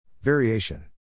Variation